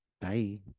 Bye